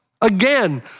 Again